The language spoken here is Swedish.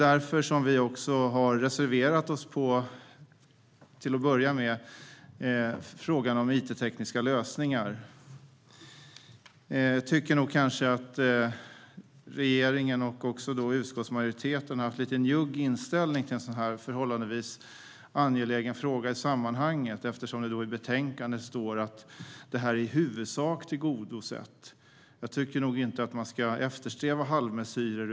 Därför har vi, till att börja med, reserverat oss i frågan om it-lösningar. Jag tycker nog att regeringen och utskottsmajoriteten har haft en lite njugg inställning till en sådan förhållandevis angelägen fråga i sammanhanget. I betänkandet står det att "motionsyrkandet anses vara i huvudsak tillgodosett". Jag tycker inte att man ska eftersträva halvmesyrer.